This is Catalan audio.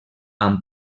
amb